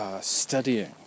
studying